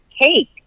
cake